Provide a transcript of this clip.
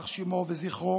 יימח שמו וזכרו,